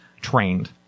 trained